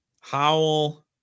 Howell